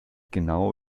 genau